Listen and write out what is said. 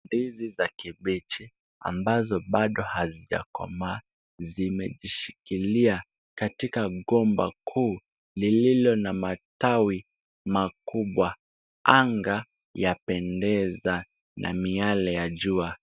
Ndizi za kibichi ambazo bado hazijakomaa zimejishikilia katika mgomba kuu lililo na matawi makubwa. Anga yapendeza na miale ya jua.